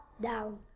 down